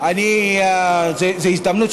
זו הזדמנות.